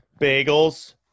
bagels